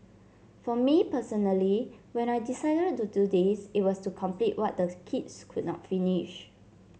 for me personally when I decided to do this it was to complete what the kids could not finish